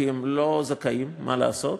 כי הם לא זכאים, מה לעשות,